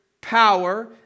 power